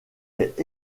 est